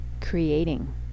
creating